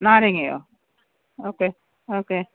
നാരങ്ങയോ okay okay